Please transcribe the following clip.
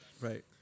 Right